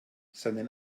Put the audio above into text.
seinen